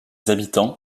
habitants